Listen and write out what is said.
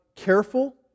careful